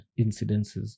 incidences